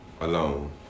alone